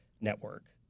network